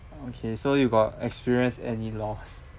okay so you got experience any loss